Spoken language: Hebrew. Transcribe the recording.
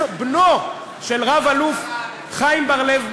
בנו של רב-אלוף חיים בר-לב,